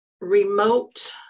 remote